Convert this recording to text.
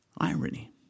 Irony